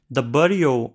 dabar jau